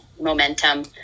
momentum